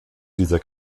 dieser